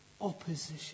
opposition